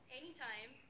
anytime